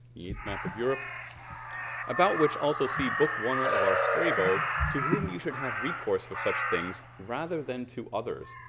eighth map of europe about which also see book one of our strabo, to whom you should have recourse for such things rather than to others.